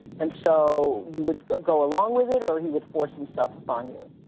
and so you would go go along with it or he would force himself upon you?